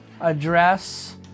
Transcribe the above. address